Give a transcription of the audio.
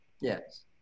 yes